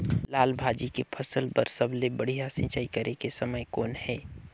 लाल भाजी के फसल बर सबले बढ़िया सिंचाई करे के समय कौन हे?